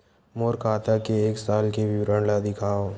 मोर खाता के एक साल के विवरण ल दिखाव?